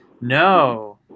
No